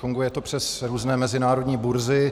funguje to přes různé mezinárodní burzy.